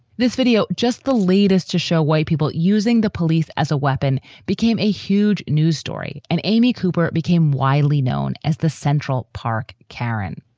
this video just the latest to show why people using the police as a weapon became a huge news story. and amy cooper became widely known as the central park. karin,